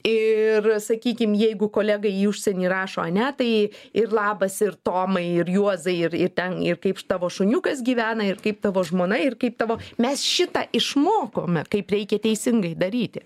ir sakykim jeigu kolegai į užsienį rašo ane tai ir labas ir tomai ir juozai ir ir ten ir kaip tavo šuniukas gyvena ir kaip tavo žmona ir kaip tavo mes šitą išmokome kaip reikia teisingai daryti